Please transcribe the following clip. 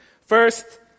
First